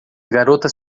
garotas